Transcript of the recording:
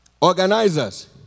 organizers